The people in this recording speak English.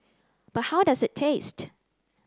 but how does it taste